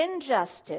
injustice